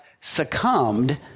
succumbed